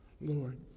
Lord